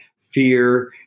fear